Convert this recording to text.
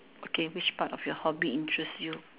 okay which part of your hobby interests you